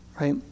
Right